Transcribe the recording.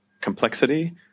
complexity